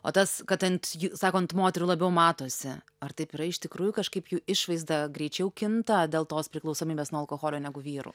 o tas kad ant j sako ant moterų labiau matosi ar taip yra iš tikrųjų kažkaip jų išvaizda greičiau kinta dėl tos priklausomybės nuo alkoholio negu vyrų